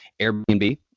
Airbnb